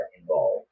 involved